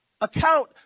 account